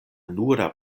nura